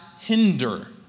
hinder